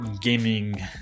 gaming